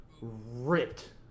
ripped